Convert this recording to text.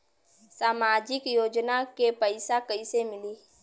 सामाजिक योजना के पैसा कइसे मिली?